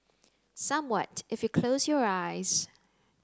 somewhat if you close your eyes